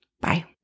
Bye